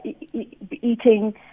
eating